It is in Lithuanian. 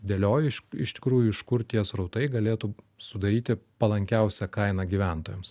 dėlioji iš iš tikrųjų iš kur tie srautai galėtų sudaryti palankiausią kainą gyventojams